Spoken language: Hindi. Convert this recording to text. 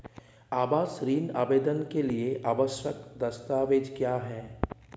आवास ऋण आवेदन के लिए आवश्यक दस्तावेज़ क्या हैं?